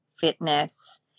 fitness